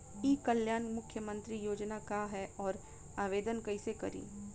ई कल्याण मुख्यमंत्री योजना का है और आवेदन कईसे करी?